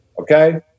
Okay